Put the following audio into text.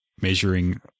measuring